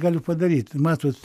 galiu padaryt matot